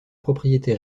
propriété